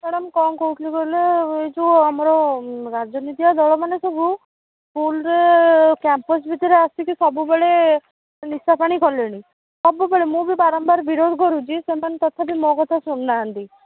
madam କ'ଣ କହୁଥିଲି କହିଲେ ଏଇ ଯେଉଁ ଆମର ରାଜନୀତିଆ ଦଳମାନେ ସବୁ ସ୍କୁଲ୍ରେ କ୍ୟାମ୍ପସ୍ ଭିତରେ ଆସିକି ସବୁବେଳେ ନିଶା ପାଣି କଲେଣି ସବୁବେଳେ ମୁଁ ବି ବାରମ୍ବାର ବିରୋଧ କରୁଛି ସେମାନେ ତଥାପି ମୋ କଥା ଶୁଣୁନାହାନ୍ତି